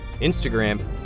Instagram